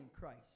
Christ